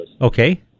Okay